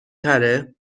تره